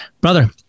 brother